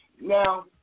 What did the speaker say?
Now